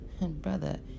Brother